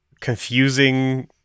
confusing